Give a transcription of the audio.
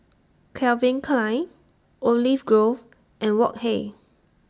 Calvin Klein Olive Grove and Wok Hey